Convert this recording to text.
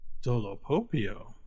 Dolopopio